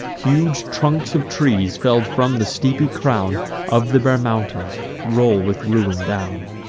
huge trunks of trees, fell'd from the steepy crown of the bare mountains, roll with ruin down.